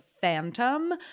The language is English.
Phantom